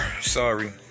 Sorry